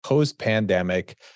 Post-pandemic